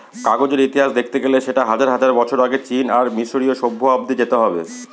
কাগজের ইতিহাস দেখতে গেলে সেটা হাজার হাজার বছর আগে চীন আর মিসরীয় সভ্য অব্দি যেতে হবে